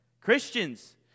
Christians